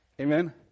Amen